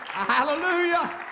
Hallelujah